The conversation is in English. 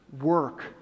work